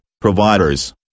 providers